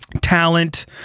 talent